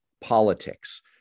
politics